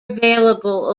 available